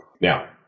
Now